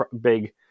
big